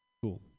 Cool